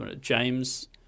James